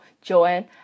joanne